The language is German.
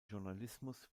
journalismus